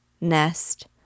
nest